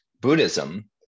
Buddhism